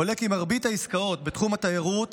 עולה כי מרבית העסקאות בתחום התיירות